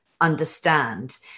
understand